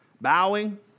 bowing